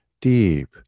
deep